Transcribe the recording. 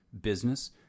business